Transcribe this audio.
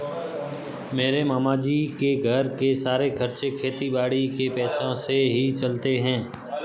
मेरे मामा जी के घर के सारे खर्चे खेती बाड़ी के पैसों से ही चलते हैं